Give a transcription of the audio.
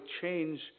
change